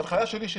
ההנחיה שלי שניתנה,